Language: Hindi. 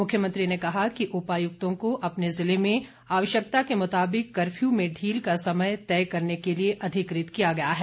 मुख्यमंत्री ने कहा कि उपायुक्तों को अपने जिले में आवश्यकता के मुताबिक कर्फ्य में ढील का समय तय करने के लिए अधिकृत किया गया है